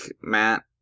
Matt